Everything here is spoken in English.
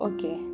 Okay